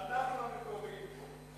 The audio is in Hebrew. שאנחנו המקוריים פה.